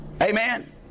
Amen